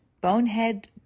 bonehead